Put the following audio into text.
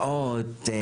הרצאות.